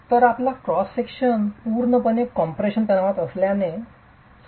तर आपला cross section पूर्णपणे कॉम्प्रेशन तणावात असल्याचे सुनिश्चित करा